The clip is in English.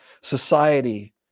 society